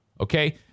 Okay